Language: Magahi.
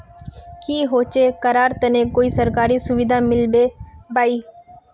की होचे करार तने कोई सरकारी सुविधा मिलबे बाई?